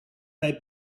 they